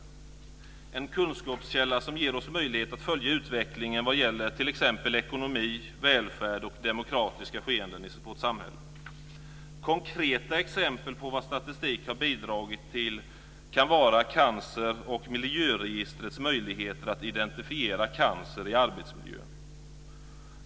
Det är en kunskapskälla som ger oss möjlighet att följa utvecklingen när det gäller t.ex. ekonomi, välfärd och demokratiska skeenden i vårt samhälle. Konkreta exempel på vad statistik har bidragit med kan vara cancer och miljöregistrets möjligheter att identifiera cancer i arbetsmiljön.